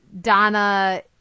Donna